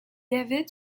avait